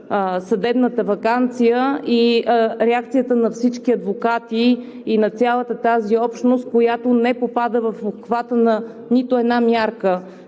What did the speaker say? съдебната ваканция, реакцията на всички адвокати и на цялата тази общност, която не попада в обхвата на нито една мярка.